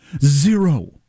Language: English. Zero